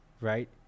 right